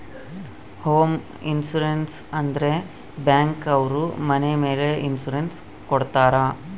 home insurance ಅಂದ್ರೆ bank ಅವ್ರು ಮನೆ ಮೇಲೆ ಇನ್ಸೂರೆನ್ಸ್ ಕೊಡ್ತಾರ